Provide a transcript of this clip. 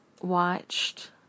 watched